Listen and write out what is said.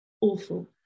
awful